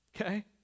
okay